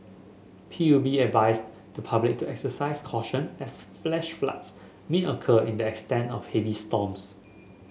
P U B advised the public to exercise caution as flash floods may occur in that stand of heavy storms